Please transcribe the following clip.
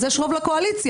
יש רוב לקואליציה,